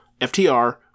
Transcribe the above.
FTR